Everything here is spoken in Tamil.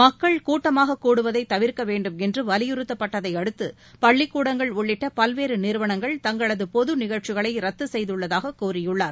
மக்கள் கூட்டமாக கூடுவதை தவிர்க்க வேண்டுமென்று வலியுறுத்தப்பட்டதையடுத்து பள்ளிக்கூடங்கள் உள்ளிட்ட பல்வேறு நிறுவனங்கள் தங்களது பொது நிஷழ்ச்சிகளை ரத்து செய்துள்ளதாக கூறியுள்ளார்